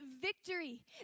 victory